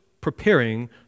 preparing